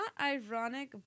ironic